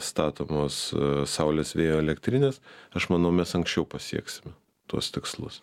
statomos saulės vėjo elektrinės aš manau mes anksčiau pasieksime tuos tikslus